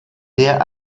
der